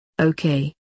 Okay